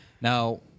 now